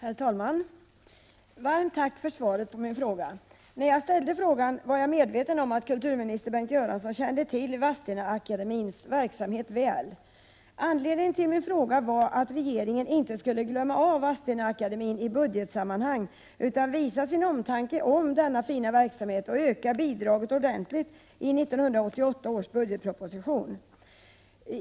Herr talman! Ett varmt tack för svaret på min fråga. När jag ställde frågan var jag medveten om att kulturminister Bengt Göransson kände till Vadstena-akademiens verksamhet väl. Anledningen till min fråga var att regeringen inte skulle glömma bort Vadstena-akademien i budgetsammanhang utan visa sin omtanke om dennas fina verksamhet och öka bidraget ordentligt i 1988 års budgetproposition.